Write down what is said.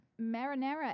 marinara